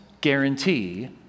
guarantee